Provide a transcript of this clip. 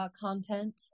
content –